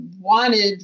wanted